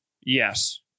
Yes